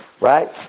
Right